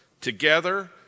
Together